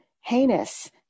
heinous